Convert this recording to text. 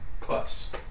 Plus